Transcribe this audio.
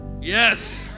Yes